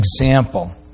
example